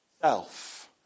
self